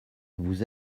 vous